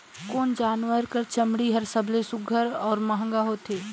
कोन जानवर कर चमड़ी हर सबले सुघ्घर और महंगा होथे?